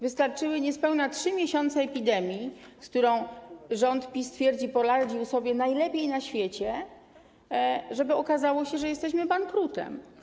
Wystarczyły niespełna 3 miesiące epidemii, z którą rząd PiS, jak twierdzi, poradził sobie najlepiej na świecie, żeby okazało się, że jesteśmy bankrutem.